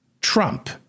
Trump